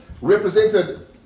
represented